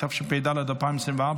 התשפ"ד 2024,